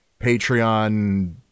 Patreon